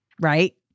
right